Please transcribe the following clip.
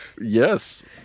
Yes